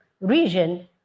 region